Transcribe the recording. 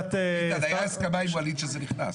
איתן, הייתה הסכמה עם ווליד שזה נכנס.